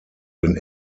den